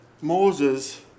Moses